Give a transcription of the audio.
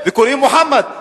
וקוראים מוחמד.